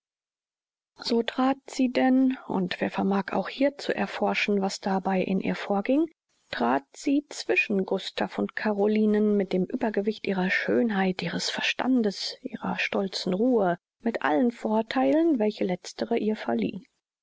so trat sie denn und wer vermag auch hier zu erforschen was dabei in ihr vorging trat sie zwischen gustav und carolinen mit dem uebergewicht ihrer schönheit ihres verstandes ihrer stolzen ruhe mit allen vortheilen welche letztere ihr verlieh